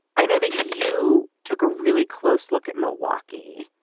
i know that you took a really close look at milwaukee.